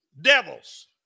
devils